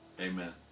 amen